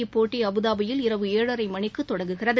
இப்போட்டி அபுதாபியில் இரவு ஏழரைமணிக்குதொடங்குகிறது